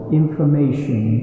information